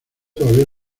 todavía